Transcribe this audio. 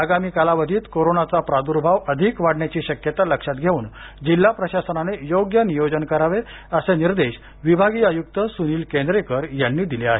आगामी कालावधीत कोरोनाचा प्राद्र्भाव अधिक वाढण्याची शक्यता लक्षात घेवून जिल्हा प्रशासनाने योग्य नियोजन कराव असे निर्देश विभागीय आयुक्त सुनील केंद्रेकर यांनी दिले आहेत